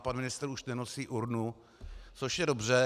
Pan ministr už nenosí urnu, což je dobře.